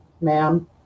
ma'am